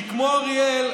כי כמו אריאל,